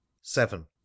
seven